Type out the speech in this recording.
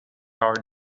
are